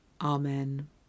Amen